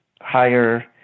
higher